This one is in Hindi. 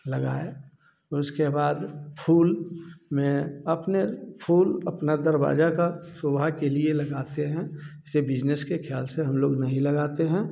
लगाए और उसके बाद फूल में अपने फूल अपना दरवाजा का शोभा के लिए लगाते हैं इसे बिजनेस के ख्याल से हम लोग नहीं लगाते हैं